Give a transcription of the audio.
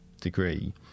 degree